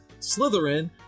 Slytherin